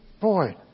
boy